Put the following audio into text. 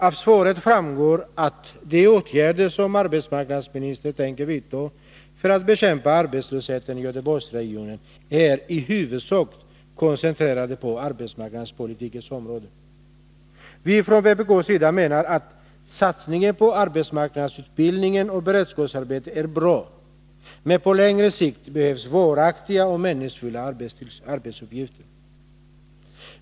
Av svaret framgår att de åtgärder som arbetsmarknadsministern tänker vidta för att bekämpa arbetslösheten i Göteborgsregionen i huvudsak är koncentrerade på arbetsmarknadspolitikens område. Från vpk:s sida menar vi att satsningen på arbetsmarknadsutbildning och beredskapsarbete är bra men att det på längre sikt behövs varaktiga och meningsfulla arbetsuppgifter.